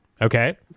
Okay